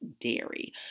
dairy